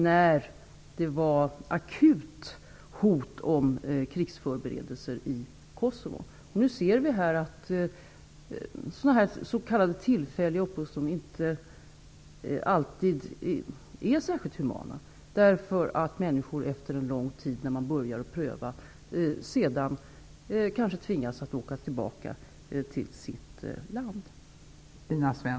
Nu kan vi se att s.k. tillfälliga uppehållstillstånd inte alltid är särskilt humana, därför att människor efter en lång tid, när ärendena börjar prövas, sedan tvingas att åka tillbaka till hemlandet.